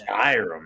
Skyrim